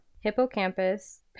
hippocampus